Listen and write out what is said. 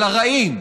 על הרעים,